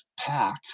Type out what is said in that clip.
pack